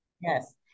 Yes